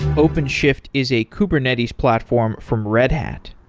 openshift is a kubernetes platform from red hat.